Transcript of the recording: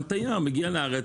גם תייר מגיע לארץ,